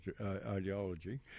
ideology